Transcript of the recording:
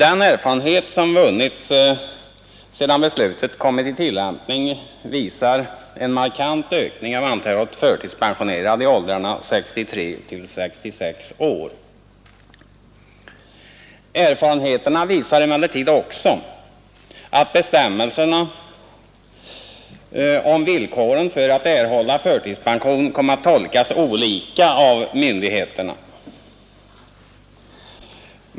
En erfarenhet som vunnits sedan beslutet kommit i tillämpning visar en markant ökning av antalet förtidspensionerade i åldrarna 63—66 år. Erfarenheterna visar emellertid också att bestämmelserna om villkoren för att erhålla förtidspension kom att tolkas olika av myndigheterna.